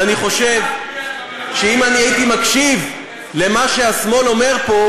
ואני חושב שאם אני הייתי מקשיב למה שהשמאל אומר פה,